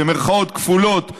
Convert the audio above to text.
במירכאות כפולות,